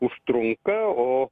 užtrunka o